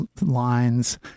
lines